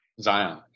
Zion